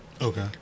Okay